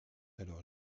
alors